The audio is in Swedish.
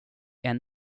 han